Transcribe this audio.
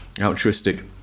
altruistic